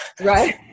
Right